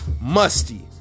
Musty